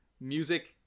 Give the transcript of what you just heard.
music